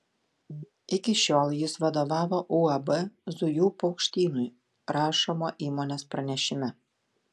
iki šiol jis vadovavo uab zujų paukštynui rašoma įmonės pranešime